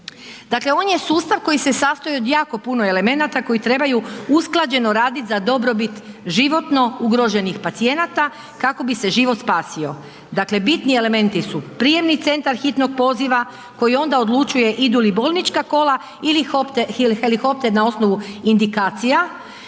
Dakle, on je sustav koji se sastoji od jako puno elemenata koji trebaju usklađeno raditi za dobrobit životno ugroženih pacijenata kako bi se život spasio. Dakle, bitni elementni su prijemni centar hitnog poziva koji onda odlučuje idu li bolnička kola ili helikopter na osnovu indikacija.